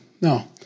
No